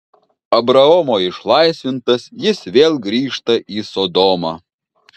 abraomo išlaisvintas jis vėl grįžta į sodomą